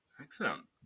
Excellent